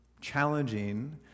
challenging